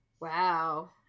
wow